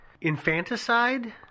Infanticide